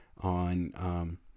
on